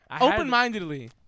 Open-mindedly